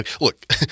Look